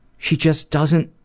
she just doesn't,